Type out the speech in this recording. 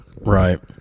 Right